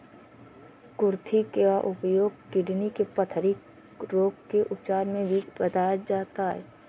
कुर्थी का उपयोग किडनी के पथरी रोग के उपचार में भी बताया जाता है